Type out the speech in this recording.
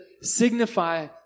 signify